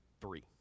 three